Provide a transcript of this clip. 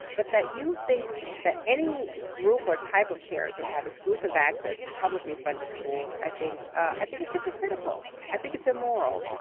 but that you think that any group or type of parents should have exclusive access to publicly funded schools, i think i think it's hypocritical. i think it's immoral,